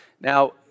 Now